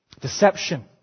deception